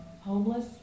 Homeless